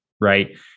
right